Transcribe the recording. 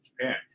Japan